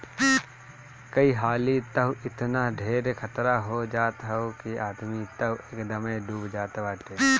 कई हाली तअ एतना ढेर खतरा हो जात हअ कि आदमी तअ एकदमे डूब जात बाटे